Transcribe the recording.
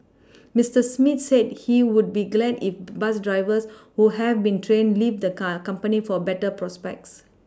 Mister Smith said he would be glad if bus drivers who have been trained leave the car company for better prospects